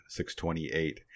628